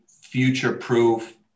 future-proof